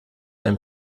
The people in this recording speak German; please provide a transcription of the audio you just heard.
ein